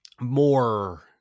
more